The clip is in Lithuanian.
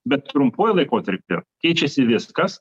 bet trumpuoju laikotarpiu keičiasi viskas